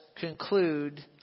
conclude